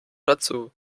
dazu